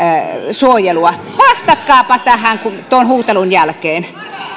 suojelua vastatkaapa tähän tuon huutelun jälkeen